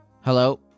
Hello